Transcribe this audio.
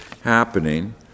happening